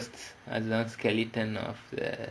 that's is the toughest exoskeleton of the